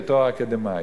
לתואר אקדמי.